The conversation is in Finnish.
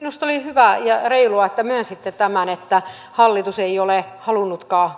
minusta oli hyvä ja reilua että myönsitte tämän että hallitus ei ole halunnutkaan